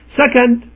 second